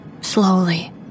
slowly